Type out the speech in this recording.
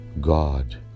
God